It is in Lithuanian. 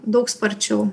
daug sparčiau